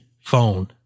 phone